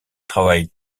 travaille